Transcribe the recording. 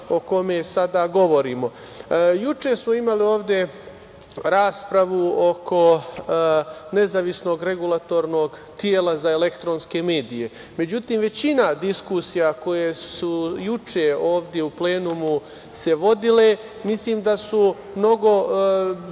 o kome sada govorimo. Juče smo imali ovde raspravu oko Nezavisnog regulatornog tela za elektronske medije. Međutim, većina diskusija koje su se juče ovde u plenumu vodile mislim da je mnogo